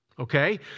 Okay